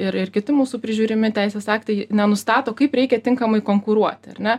ir ir kiti mūsų prižiūrimi teisės aktai nenustato kaip reikia tinkamai konkuruoti ar ne